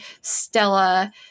stella